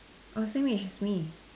oh same age as me